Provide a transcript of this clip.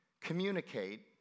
communicate